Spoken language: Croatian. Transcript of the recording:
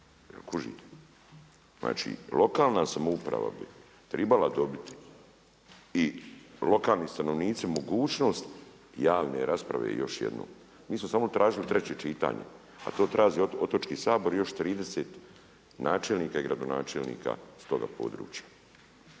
kužite? Znači lokalna samouprava bi trebala dobiti i lokalni stanovnici mogućnost javne rasprave još jednom. Mi smo samo tražili 3. čitanje a to traži Otočki sabor i još 30 načelnika i gradonačelnika sa toga područja.